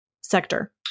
sector